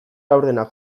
laurdenak